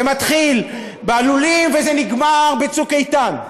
זה מתחיל בלולים וזה נגמר ב"צוק איתן".